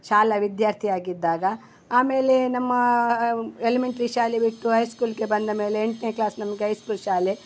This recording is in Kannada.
ಶಾಲಾ ವಿದ್ಯಾರ್ಥಿ ಆಗಿದ್ದಾಗ ಆಮೇಲೆ ನಮ್ಮ ಎಲಿಮೆಂಟ್ರಿ ಶಾಲೆ ಬಿಟ್ಟು ಹೈಸ್ಕೂಲ್ಗೆ ಬಂದ ಮೇಲೆ ಎಂಟನೇ ಕ್ಲಾಸ್ ನಮಗೆ ಹೈ ಸ್ಕೂಲ್ ಶಾಲೆ